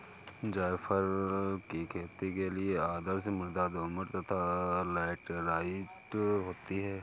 जायफल की खेती के लिए आदर्श मृदा दोमट तथा लैटेराइट होती है